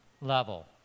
level